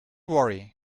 worry